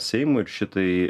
seimui ir šitai